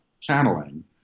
channeling